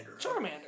Charmander